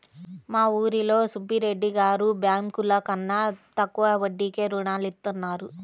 మా ఊరిలో సుబ్బిరెడ్డి గారు బ్యేంకుల కన్నా తక్కువ వడ్డీకే రుణాలనిత్తారు